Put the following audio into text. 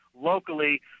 locally